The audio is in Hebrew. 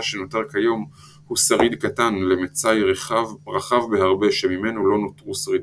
שנותר כיום הוא שריד קטן למצאי רחב בהרבה שממנו לא נותרו שרידים.